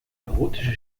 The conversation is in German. erotische